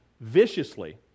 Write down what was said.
viciously